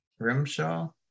Rimshaw